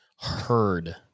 Heard